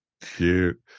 Cute